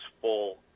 full